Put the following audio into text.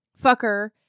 fucker